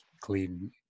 clean